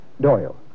Doyle